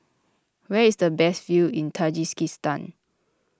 where is the best view in Tajikistan